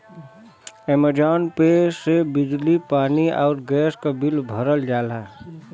Amazon pay से बिजली पानी आउर गैस क बिल भरल जाला